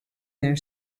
their